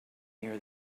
near